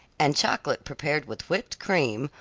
and chocolate prepared with whipped cream,